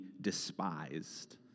despised